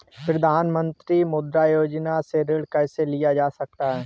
प्रधानमंत्री मुद्रा योजना से ऋण कैसे लिया जा सकता है?